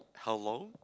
how long